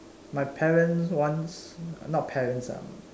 my parents once not parents ah